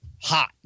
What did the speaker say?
hot